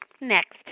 next